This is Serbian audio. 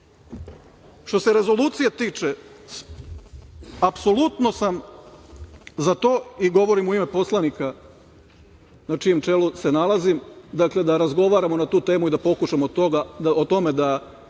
se rezolucije tiče, apsolutno sam za to i govorim u ime poslanika na čijem čelu se nalazim, dakle, da razgovaramo na tu temu i da pokušamo o tome da